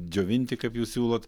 džiovinti kaip jūs siūlot